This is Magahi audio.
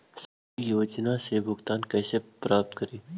सामाजिक योजना से भुगतान कैसे प्राप्त करी?